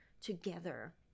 together